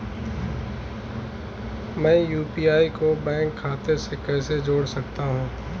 मैं यू.पी.आई को बैंक खाते से कैसे जोड़ सकता हूँ?